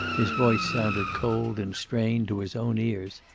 his voice sounded cold and strained to his own ears.